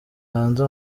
hanze